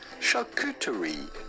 charcuterie